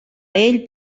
ell